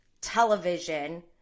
television